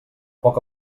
poc